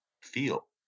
feel